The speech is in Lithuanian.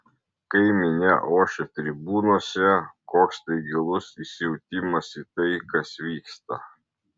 kai minia ošia tribūnose koks tai gilus įsijautimas į tai kas vyksta